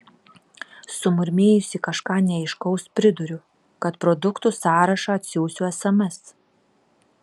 sumurmėjusi kažką neaiškaus priduriu kad produktų sąrašą atsiųsiu sms